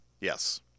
Yes